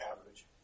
average